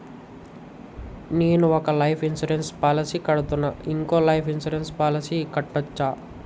నేను ఒక life insurance policy కడ్తున్నా, ఇంకో లైఫ్ ఇన్సూరెన్స్ పాలసీ కట్టొచ్చా?